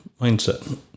mindset